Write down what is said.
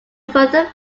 further